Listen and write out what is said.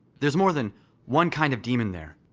there's more than one kind of demon there.